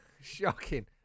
Shocking